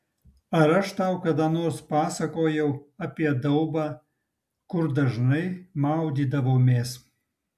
ar aš tau kada nors pasakojau apie daubą kur dažnai maudydavomės